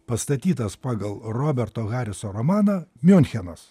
pastatytas pagal roberto hariso romaną miunchenas